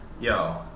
yo